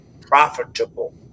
profitable